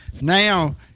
now